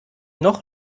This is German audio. noch